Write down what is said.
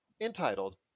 entitled